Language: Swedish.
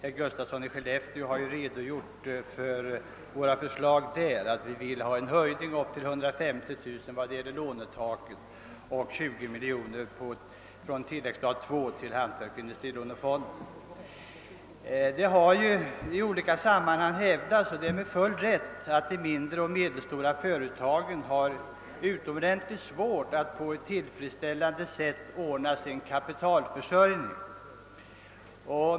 Herr Gustafsson i Skellefteå har ju redogjort för våra förslag och framhållit att vi vill ha en höjning upp till 150 000 kronor av lånetaket på företagareföreningarnas direktlån och 20 miljoner kronor på tillläggsstat II till hantverksoch industrilånefonden. Det har ju i olika sammanhang hävdats, och det med all rätt, att de mindre och medelstora företagen har utomordentligt svårt att på ett tillfredsställande sätt ordna sin kapitalförsörjning.